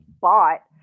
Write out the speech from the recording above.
bought